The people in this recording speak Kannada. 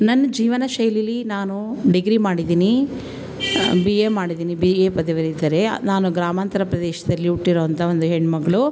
ನನ್ನ ಜೀವನ ಶೈಲಿಯಲ್ಲಿ ನಾನು ಡಿಗ್ರಿ ಮಾಡಿದ್ದೀನಿ ಬಿ ಎ ಮಾಡಿದ್ದೀನಿ ಬಿ ಎ ಪದವೀಧರೆ ನಾನು ಗ್ರಾಮಾಂತರ ಪ್ರದೇಶದಲ್ಲಿ ಹುಟ್ಟಿರುವಂಥ ಒಂದು ಹೆಣ್ಮಗ್ಳು